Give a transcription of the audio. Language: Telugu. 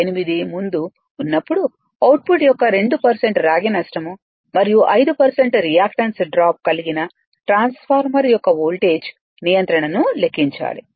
8 ముందు ఉన్నప్పుడు అవుట్పుట్ యొక్క 2 రాగి నష్టం మరియు 5 రియాక్టన్స్ డ్రాప్ కలిగిన ట్రాన్స్ఫార్మర్ యొక్క వోల్టేజ్ నియంత్రణను లెక్కించాలి